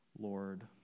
Lord